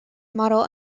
model